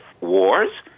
wars